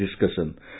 discussion